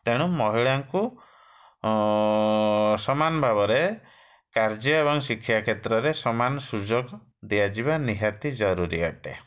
ତେଣୁ ମହିଳାଙ୍କୁ ସମାନ ଭାବରେ କାର୍ଯ୍ୟ ଏବଂ ଶିକ୍ଷା କ୍ଷେତ୍ରରେ ସମାନ ସୁଯୋଗ ଦିଆଯିବା ନିହାତି ଜରୁରୀ ଅଟେ